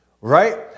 Right